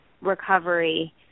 recovery